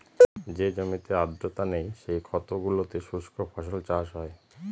যে জমিতে আর্দ্রতা নেই, সেই ক্ষেত গুলোতে শুস্ক ফসল চাষ হয়